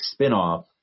spinoff